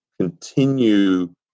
continue